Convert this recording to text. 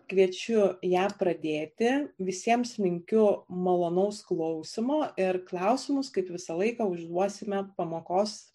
kviečiu ją pradėti visiems linkiu malonaus klausymo ir klausimus kaip visą laiką užduosime pamokos